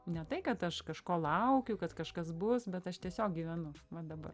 ne tai kad aš kažko laukiu kad kažkas bus bet aš tiesiog gyvenu va dabar